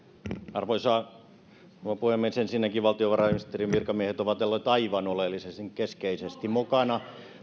arvoisa rouva puhemies ensinnäkin valtiovarainministeriön virkamiehet ovat olleet aivan oleellisesti keskeisesti mukana